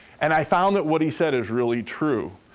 and i found that what he said is really true.